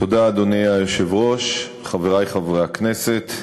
אדוני היושב-ראש, תודה, חברי חברי הכנסת,